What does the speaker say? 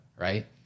Right